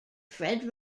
fred